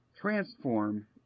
transform